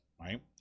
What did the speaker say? right